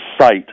site